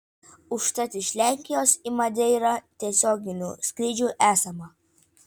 užtat iš lenkijos į madeirą tiesioginių skrydžių esama